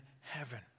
heaven